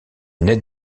ned